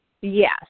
Yes